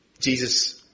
Jesus